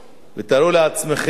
ותארו לעצמכם את